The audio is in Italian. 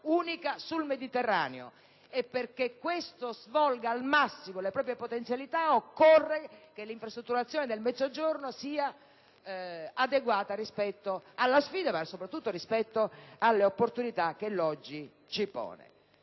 unica sul Mediterraneo. E perché questa svolga al massimo le proprie potenzialità occorre che l'infrastrutturazione del Mezzogiorno sia adeguata rispetto alla sfida e soprattutto rispetto all'opportunità che l'oggi ci pone.